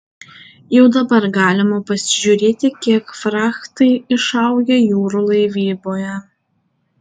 jau dabar galima pasižiūrėti kiek frachtai išaugę jūrų laivyboje